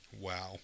Wow